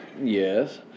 Yes